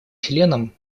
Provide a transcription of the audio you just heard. членам